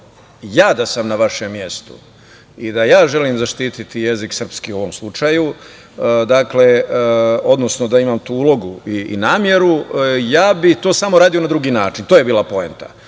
ja da sam na vašem mestu i da ja želim zaštiti jezik, srpski u ovom slučaju, odnosno da imam tu ulogu i nameru ja bih to samo uradio na drugi način. To je bila poenta.